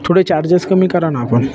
थोडे चार्जेस कमी करा ना आपण